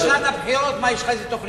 בשנת הבחירות, מה, יש לך איזה תוכניות?